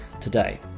today